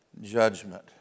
judgment